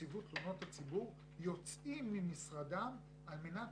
נציבות תלונות הציבור יוצאים ממשרדם על מנת